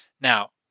now